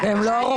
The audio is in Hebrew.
והם לא הרוב.